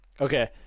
okay